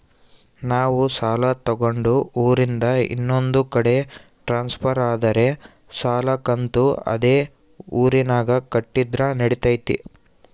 ನಾವು ಸಾಲ ತಗೊಂಡು ಊರಿಂದ ಇನ್ನೊಂದು ಕಡೆ ಟ್ರಾನ್ಸ್ಫರ್ ಆದರೆ ಸಾಲ ಕಂತು ಅದೇ ಊರಿನಾಗ ಕಟ್ಟಿದ್ರ ನಡಿತೈತಿ?